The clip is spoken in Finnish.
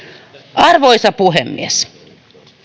arvoisa puhemies